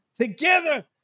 Together